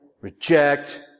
reject